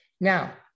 Now